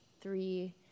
three